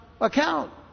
account